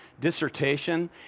dissertation